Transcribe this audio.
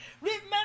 remember